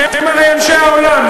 אתם הרי אנשי העולם,